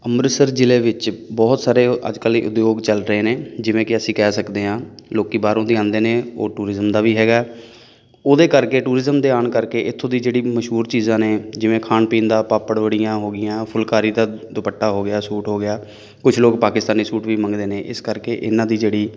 ਅੰਮ੍ਰਿਤਸਰ ਜਿਲ੍ਹੇ ਵਿੱਚ ਬਹੁਤ ਸਾਰੇ ਅੱਜ ਕੱਲ੍ਹ ਉਦਯੋਗ ਚੱਲ ਰਹੇ ਨੇ ਜਿਵੇਂ ਕਿ ਅਸੀਂ ਕਹਿ ਸਕਦੇ ਹਾਂ ਲੋਕੀਂ ਬਾਹਰੋਂ ਦੀ ਆਉਂਦੇ ਨੇ ਉਹ ਟੂਰਿਜ਼ਮ ਦਾ ਵੀ ਹੈਗਾ ਉਹਦੇ ਕਰਕੇ ਟੂਰਿਜ਼ਮ ਦੇ ਆਉਣ ਕਰਕੇ ਇੱਥੋਂ ਦੀ ਜਿਹੜੀ ਮਸ਼ਹੂਰ ਚੀਜ਼ਾਂ ਨੇ ਜਿਵੇਂ ਖਾਣ ਪੀਣ ਦਾ ਪਾਪੜ ਵੜੀਆਂ ਹੋ ਗਈਆਂ ਫੁਲਕਾਰੀ ਦਾ ਦੁਪੱਟਾ ਹੋ ਗਿਆ ਸੂਟ ਹੋ ਗਿਆ ਕੁਛ ਲੋਕ ਪਾਕਿਸਤਾਨੀ ਸੂਟ ਵੀ ਮੰਗਦੇ ਨੇ ਇਸ ਕਰਕੇ ਇਹਨਾਂ ਦੀ ਜਿਹੜੀ